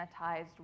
sanitized